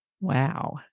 Wow